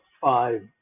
five